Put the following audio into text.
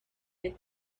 that